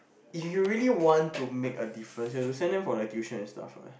if you really want to make a difference you have to send them for like tuition and stuff what